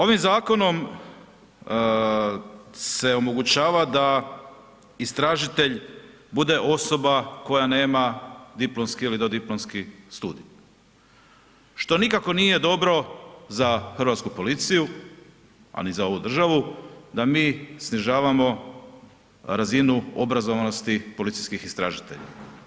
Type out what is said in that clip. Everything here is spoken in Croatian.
Ovim zakonom se omogućava da istražitelj bude osoba koja nema diplomski ili dodiplomski studij što nikako nije dobro za hrvatsku policiju a ni za ovu državu da mi snižavamo razinu obrazovanosti policijskih istražitelja.